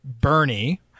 Bernie